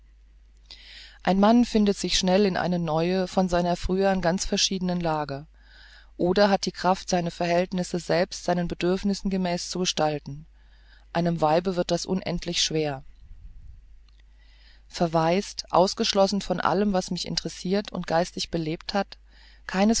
ein mann findet sich schnell in eine neue von seiner frühern ganz verschiedene lage oder hat die kraft seine neuen verhältnisse selbst seinen bedürfnissen gemäß zu gestalten einem weibe wird das unendlich schwer verwaist ausgeschlossen von allem was mich interessirt und geistig belebt hat keines